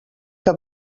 que